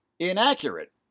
inaccurate